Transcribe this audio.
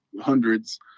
hundreds